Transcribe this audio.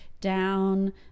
down